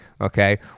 okay